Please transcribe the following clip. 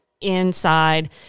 inside